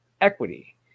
equity